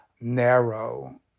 narrow